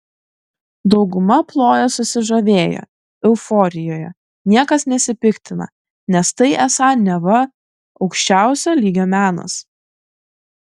dauguma ploja susižavėję euforijoje niekas nesipiktina nes tai esą neva aukščiausio lygio menas